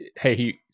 hey